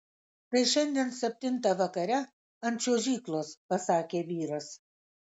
tai šiandien septintą vakare ant čiuožyklos pasakė vyras